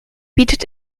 bietet